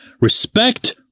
Respect